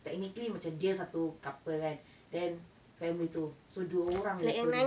technically macam dia satu couple kan then family tu so dua orang jer tourist